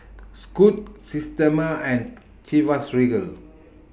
Scoot Systema and Chivas Regal